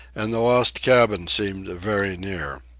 and the lost cabin seemed very near.